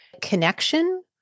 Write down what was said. Connection